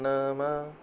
Namah